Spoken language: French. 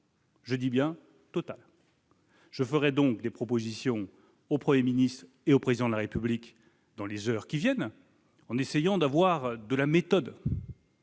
ce dernier mot. Je ferai donc des propositions au Premier ministre et au Président de la République dans les heures qui viennent, en essayant d'offrir aux